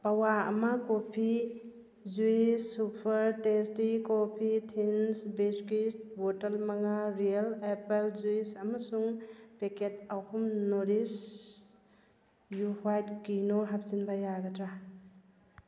ꯄꯋꯥ ꯑꯃ coffee juice super tasty coffee ꯊꯤꯟꯁ ꯕꯤꯁꯀ꯭ꯋꯨꯠ ꯕꯣꯇꯜ ꯃꯉꯥ ꯔꯤꯌꯦꯜ ꯑꯦꯄꯜ ꯖꯨꯏꯁ ꯑꯃꯁꯨꯡ ꯄꯦꯀꯦꯠ ꯑꯍꯨꯝ ꯅꯣꯔꯤꯁ ꯌꯨ ꯋꯥꯏꯠ ꯀꯤꯅꯣ ꯍꯥꯞꯆꯤꯟꯕ ꯌꯥꯒꯗ꯭ꯔꯥ